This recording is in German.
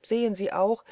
sehen sie auch